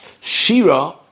Shira